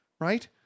right